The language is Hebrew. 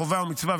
חובה או מצווה,